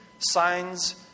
Signs